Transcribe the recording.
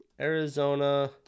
Arizona